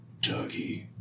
Dougie